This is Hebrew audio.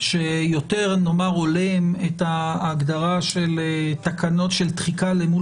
שיותר נאמר הולם את ההגדרה של תחיקה למול